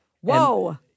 Whoa